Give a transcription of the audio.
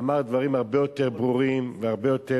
אמר דברים הרבה יותר ברורים והרבה יותר